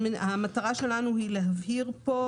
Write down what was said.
המטרה שלנו היא להבהיר פה,